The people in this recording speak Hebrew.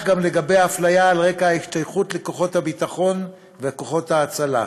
כך גם לגבי אפליה על רקע ההשתייכות לכוחות הביטחון וכוחות ההצלה.